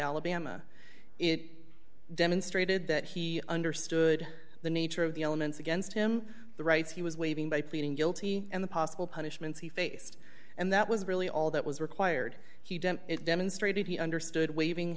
alabama it demonstrated that he understood the nature of the elements against him the rights he was waiving by pleading guilty and the possible punishments he faced and that was really all that was required he done it demonstrated he understood waiving